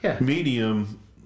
medium